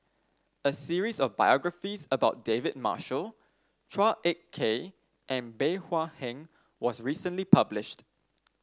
a series of biographies about David Marshall Chua Ek Kay and Bey Hua Heng was recently published